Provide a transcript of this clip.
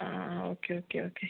okay okay okay